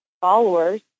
followers